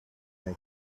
that